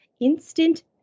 Instant